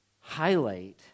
highlight